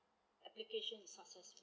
application is successful